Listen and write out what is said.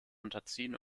unterziehen